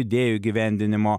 idėjų įgyvendinimo